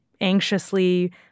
anxiously